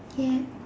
yeah